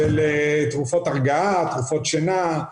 תרופות הרגעה, תרופות שינה,